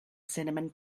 cinnamon